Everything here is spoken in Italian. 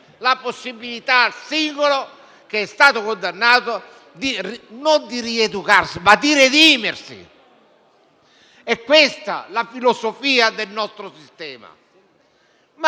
la possibilità al singolo che è stato condannato non di rieducarsi, ma di redimersi. È questa la filosofia del nostro sistema, ma